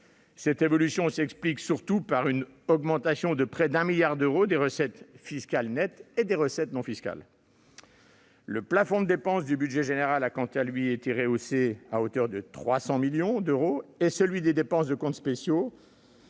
Cette évolution s'explique surtout par une augmentation de près de 1 milliard d'euros des recettes fiscales nettes et des recettes non fiscales. Le plafond de dépenses du budget général a, quant à lui, été rehaussé à hauteur de 300 millions d'euros et celui des dépenses des comptes spéciaux